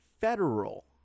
federal